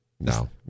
no